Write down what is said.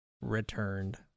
returned